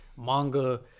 Manga